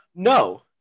No